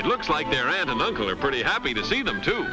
it looks like they're at a local er pretty happy to see them too